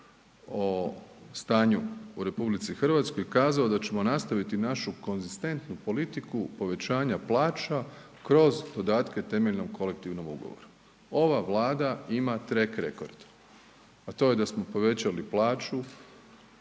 o stanju u RH kazao da ćemo nastaviti našu konzistentnu politiku povećanja plaća kroz dodatke temeljnom kolektivnom ugovoru, ova Vlada ima trek rekord, a to je da smo povećali plaću